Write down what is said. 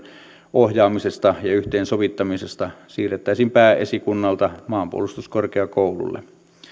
ohjaamisesta ja yhteensovittamisesta siirrettäisiin pääesikunnalta maanpuolustuskorkeakoululle